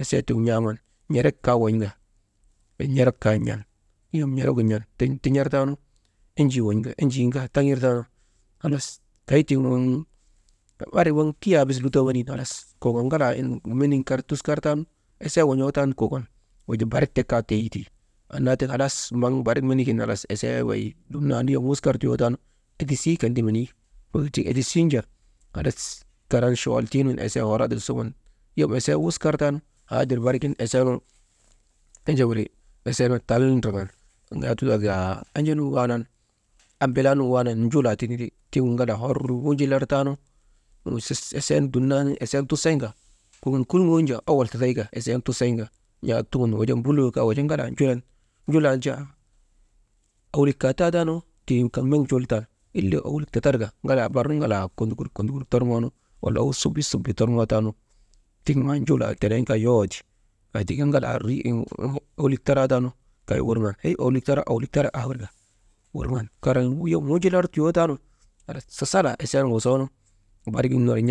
esee tiŋgu n̰aaman n̰erek kaa won̰ka n̰erek kaa n̰an, yom n̰ergu n̰an tiŋ tin̰artaanu enjii won̰ka enjii nu kaa taŋir taanu halas taytiigunu anri waŋ kiyaa bes ti lutoo weniinu, ŋalaa ŋonun kar tuskartaanu esee won̰ootaanu kokon wujaa barik tek kaa teyi tii annati halas maŋ barik menigin halas esee wey dumnan wuskar tiyoo taanu, edisii kan ti weneyi, wegit tiŋ edisin jaa halas karan chuwaltuu nun esee nu hor adil suŋun yom esee wuskar taanu, hadir barigin esee nugu enje wiri, esee nugu tal ndraŋan enje nu waanan abilaa nun waanan njulaa tidri tiŋgu ŋalaa hor wunjular taanu, «hesitation» esen dumnan esen tusayinka, kokon kunuŋon jaa owol tatayka, esen tusayinka kat tun wujaa mbuloo kaa wujaa ŋalaa njulan, njulan jaa owlik kaataanu, tiŋ kaŋ met njul tan ile owlik tatarka ŋalaa barnu ŋalaa kondokur, kondokur torŋoonu wala iman subu, subu torŋootaanu, tiŋ an njulaa tenen kaa yowoo ti, aa tika «hesitation» aa tika ŋalaa owlik taraataanu, kay wurŋan hay owlik tara, owlik tara, wirka wurŋan karan yom wunjular tiyoo taanu halas sasalaa esee nu wosoonu barik gin ner n̰aaman.